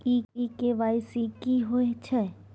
इ के.वाई.सी की होय छै?